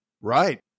Right